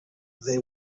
they